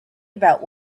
about